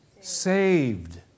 saved